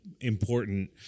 important